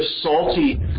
salty